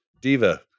Diva